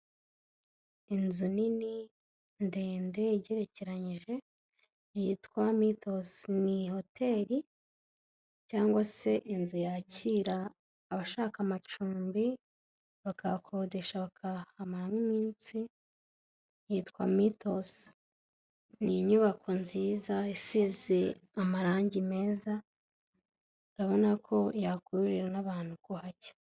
Inzu nini ndende igerekeranyije yitwa midos ni hotel cyangwa se inzu yakira abashaka amacumbi bakayakodesha bakahamaramo iminsi yitwa midos ni inyubako nziza isize amarangi meza urabona ko yakururira n'abantu kuhajya.